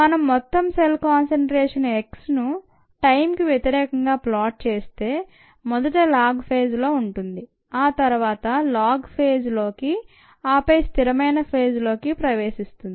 మనం మొత్తం cell concentration x ను టైంకి వ్యతిరేకంగా ప్లాట్ చేస్తే మొదట ల్యాగ్ ఫేజ్లో ఉంటుంది ఆ తర్వాత లోగ్ ఫేజ్లోకి ఆపై స్థిరమైన ఫేజ్లోకి వస్తుంది